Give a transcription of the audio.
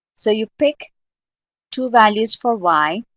so you pick two values for y.